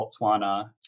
Botswana